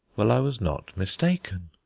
well, i was not mistaken.